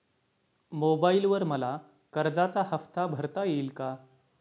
मोबाइलवर मला कर्जाचा हफ्ता भरता येईल का?